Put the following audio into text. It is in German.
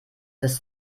das